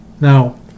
Now